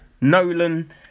Nolan